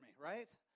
right